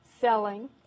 selling